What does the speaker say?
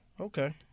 Okay